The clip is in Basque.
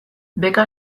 beka